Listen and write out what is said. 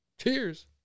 Cheers